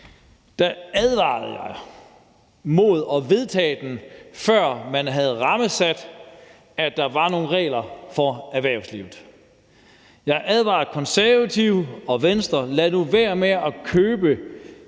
advarede jeg mod at vedtage den, før man havde rammesat, at der var nogle regler for erhvervslivet. Jeg advarede Konservative og Venstre: Lad nu være med at købe